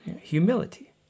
Humility